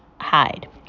hide